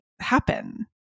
happen